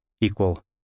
equal